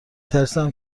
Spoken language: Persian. ترسیدم